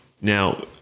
Now